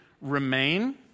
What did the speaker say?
remain